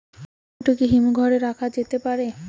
Tomato কি হিমঘর এ রাখা যেতে পারে?